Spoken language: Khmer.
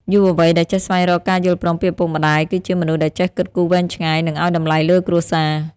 យុវវ័យដែលចេះស្វែងរកការយល់ព្រមពីឪពុកម្ដាយ គឺជាមនុស្សដែលចេះគិតគូរវែងឆ្ងាយ និងឱ្យតម្លៃលើគ្រួសារ។